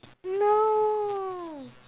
no